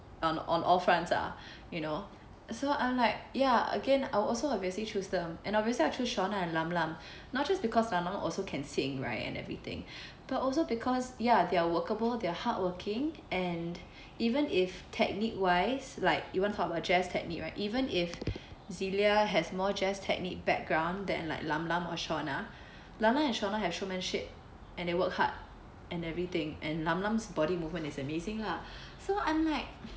um on all fronts ah you know so I'm like ya again I will also obviously choose them and obviously I choose shauna and lam lam not just because lam lam can also sing right and everything but also because ya they're workable they're hardworking and even if technique wise like even from a jazz technique right even if celia has more jazz technique background than like lam lam or shauna lam lam and shauna have showmanship and work hard and everything and lam lam's body movement is amazing lah so I'm like